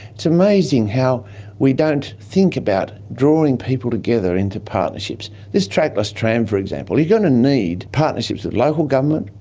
it's amazing how we don't think about drawing people together into partnerships. this trackless tram, for example, you're going to need partnerships with local government,